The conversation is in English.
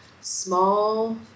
Small